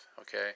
Okay